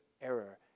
error